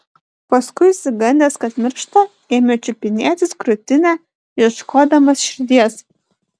paskui išsigandęs kad miršta ėmė čiupinėtis krūtinę ieškodamas širdies